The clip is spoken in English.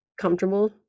comfortable